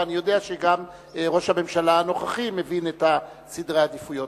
ואני יודע שגם ראש הממשלה הנוכחי מבין את סדרי העדיפויות.